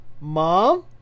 Mom